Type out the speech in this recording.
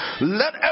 Let